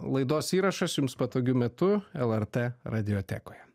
laidos įrašas jums patogiu metu lrt radiotekoje